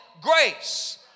grace